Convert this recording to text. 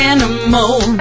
Animal